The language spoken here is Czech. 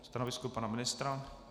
Stanovisko pana ministra?